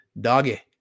doggy